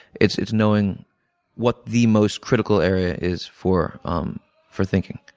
it's it's knowing what the most critical area is for um for thinking.